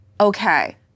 okay